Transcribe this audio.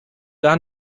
gar